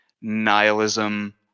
nihilism